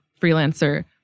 freelancer